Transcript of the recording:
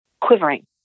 quivering